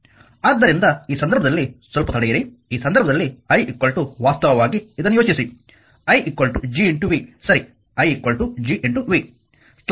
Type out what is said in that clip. ಆದ್ದರಿಂದ ಈ ಸಂದರ್ಭದಲ್ಲಿ ಸ್ವಲ್ಪ ತಡೆಯಿರಿ ಈ ಸಂದರ್ಭದಲ್ಲಿ i ವಾಸ್ತವವಾಗಿ ಇದನ್ನು ಯೋಚಿಸಿ i Gv ಸರಿ i Gv